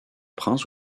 prince